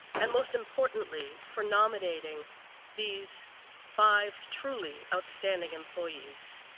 and most importantly for nominating these five truly outstanding employees.